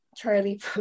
charlie